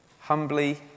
humbly